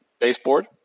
baseboard